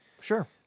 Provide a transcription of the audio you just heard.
Sure